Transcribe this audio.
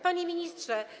Panie Ministrze!